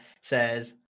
says